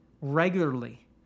regularly